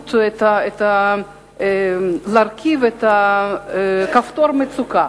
אפשרות להרכיב את כפתור המצוקה,